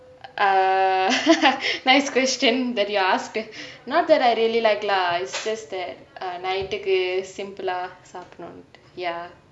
err nice question that you asked not that I really like lah it's just that night டுக்கு:tuku simple லா சாப்டுனுட்டு:laa saapdunutu ya